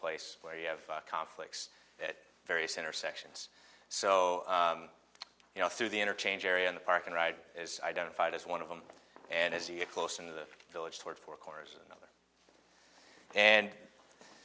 place where you have conflicts that various intersections so you know through the interchange area in the park and ride is identified as one of them and as you get close in the village toward four corners another and